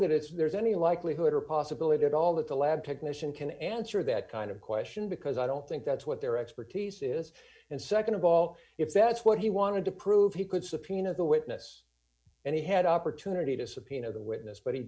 that it's there's any likelihood or possibility at all that the lab technician can answer that kind of question because i don't think that's what their expertise is and nd of all if that's what he wanted to prove he could subpoena the witness and he had opportunity to subpoena the witness but he